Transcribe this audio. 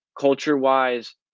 Culture-wise